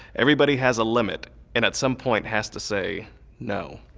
everybody has a limit and at some point has to say no.